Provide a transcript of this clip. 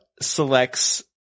selects